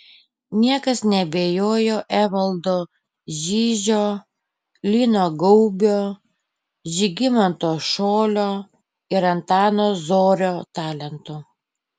niekas neabejojo evaldo žižio lino gaubio žygimanto šolio ir antano zorio talentu